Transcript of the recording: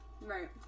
Right